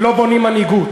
לא בונים מנהיגות.